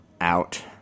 Out